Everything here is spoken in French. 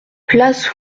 place